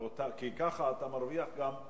כי ככה אתה מרוויח גם.